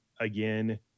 again